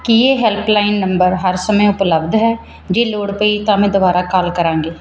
ਕੀ ਇਹ helpline number ਹਰ ਸਮੇਂ ਉਪਲੱਬਧ ਹੈ ਜੇ ਲੋੜ ਪਈ ਤਾਂ ਮੈਂ ਦੁਬਾਰਾ ਕਾਲ ਕਰਾਂਗੀ